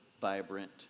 Vibrant